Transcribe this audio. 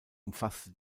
umfasste